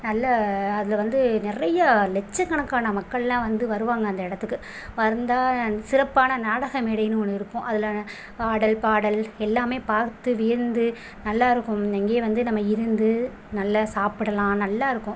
நல்ல அதில் வந்து நிறைய லட்சக்கணக்கான மக்கள்லாம் வந்து வருவாங்க அந்த இடத்துக்கு வந்தால் சிறப்பான நாடக மேடைன்னு ஒன்று இருக்கும் அதில் ஆடல் பாடல் எல்லாமே பார்த்து வியந்து நல்லா இருக்கும் அங்கேயே வந்து நம்ம இருந்து நல்லா சாப்பிடலாம் நல்லா இருக்கும்